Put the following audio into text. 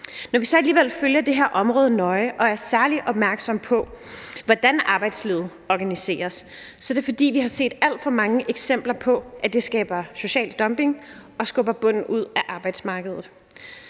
Når vi så alligevel følger det her område nøje og er særlig opmærksomme på, hvordan arbejdslivet organiseres, så er det, fordi vi har set alt for mange eksempler på, at det skaber social dumping og skubber bunden ud af arbejdsmarkedet.